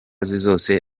zose